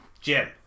Jim